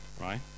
right